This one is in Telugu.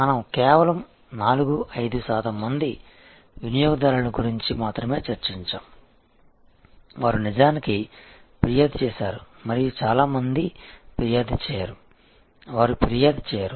మనము కేవలం 4 5 శాతం మంది వినియోగదారునిల గురించి మాత్రమే చర్చించాము వారు నిజానికి ఫిర్యాదు చేశారు మరియు చాలా మంది ఫిర్యాదు చేయరు వారు ఫిర్యాదు చేయరు